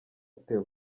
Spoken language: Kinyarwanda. theo